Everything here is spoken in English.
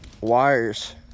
wires